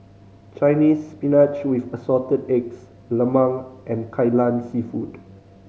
Chinese Spinach with Assorted Eggs lemang and Kai Lan Seafood